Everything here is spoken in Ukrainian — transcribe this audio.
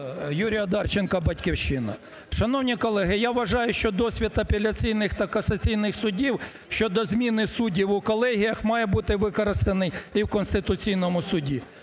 Юрій Одарченко, "Батьківщина". Шановні колеги, я вважаю, що досвід апеляційних та касаційних судів щодо зміни суддів у колегіях має бути використаний і в Конституційному Суді.